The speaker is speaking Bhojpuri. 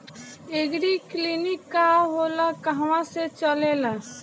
एगरी किलिनीक का होला कहवा से चलेँला?